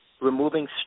removing